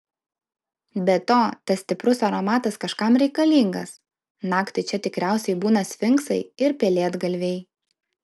be to tas stiprus aromatas kažkam reikalingas naktį čia tikriausiai būna sfinksai ir pelėdgalviai